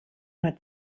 nur